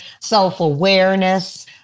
self-awareness